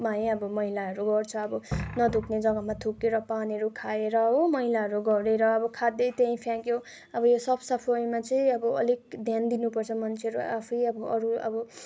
भयो अब मैलाहरू गर्छ अब नथुक्ने जग्गामा थुकेर पानहरू खाएर हो मैलाहरू गरेर अब खाँदै त्यहीँ फ्याँको अब यो साफ सफाइमा चाहिँ अब अलिक ध्यान दिनुपर्छ मानछेहरू आफै अब अरू अब